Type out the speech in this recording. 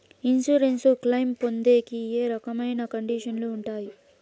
Insurance claim పొందేకి ఏ రకమైన కండిషన్లు ఉంటాయి?